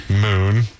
Moon